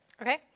Okay